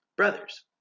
Brothers